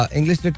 English